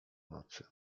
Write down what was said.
nocy